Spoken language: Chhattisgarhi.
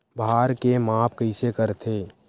भार के माप कइसे करथे?